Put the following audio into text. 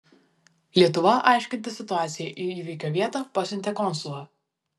lietuva aiškintis situaciją į įvykio vietą pasiuntė konsulą